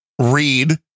read